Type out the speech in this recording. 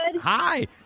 Hi